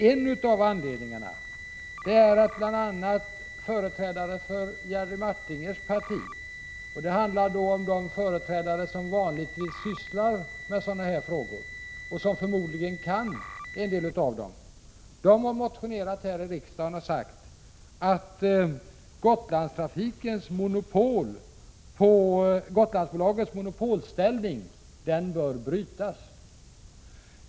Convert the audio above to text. En av anledningarna är att bl.a. företrädare för Jerry Martingers parti — jag talar då om de företrädare som vanligtvis sysslar med sådana här frågor och som förmodligen kan en del av dem — har motionerat till riksdagen och sagt att Gotlandsbolagets monopolställning bör brytas.